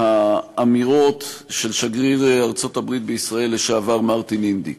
האמירות של שגריר ארצות-הברית בישראל לשעבר מרטין אינדיק.